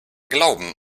glauben